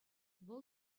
вӑл